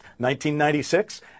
1996